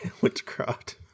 Witchcraft